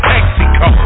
Mexico